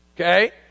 Okay